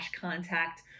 contact